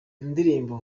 indirimbo